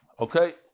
Okay